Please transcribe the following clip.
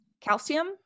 calcium